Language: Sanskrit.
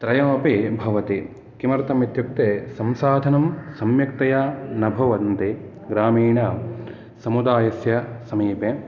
त्रयमपि भवति किमर्थम् इत्युक्ते संसाधनं सम्यक्तया न भवन्ति ग्रामीणसमुदायस्य समीपे